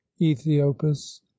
Ethiopus